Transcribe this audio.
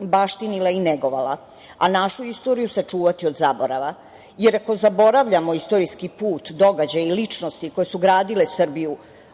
baštinila i negovala, a našu istoriju sačuvati od zaborava, jer ako zaboravljamo istorijski put, događaj i ličnosti koje su gradile Srbiju,